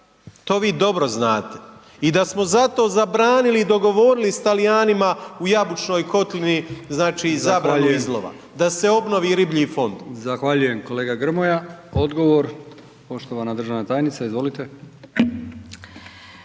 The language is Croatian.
to vi dobro znate i da smo zato zabranili i dogovorili s Talijanima u Jabučnoj kotlini, znači, …/Upadica: Zahvaljujem/…zabranu izlova, da se obnovi riblji fond. **Brkić, Milijan (HDZ)** Zahvaljujem kolega Grmoja. Odgovor poštovana državna tajnice izvolite.